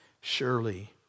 Surely